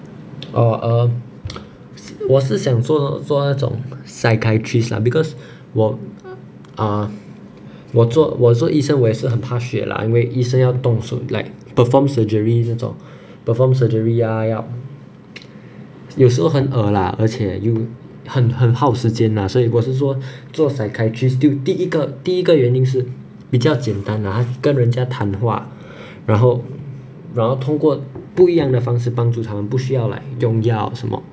orh um 我是想做做那种 psychiatrist lah because 我 uh 我做我做医生我也是很怕血啦因为医生要动手 like perform surgery 这种 perform surgery ya lah 有时候很恶啦而且又很很耗时间啦所以我是说做 psychiatrist 第第一个第一个原因是比较简单啦跟人家谈话然后我要通过不一样的方式帮助他们不需要 like 用药什么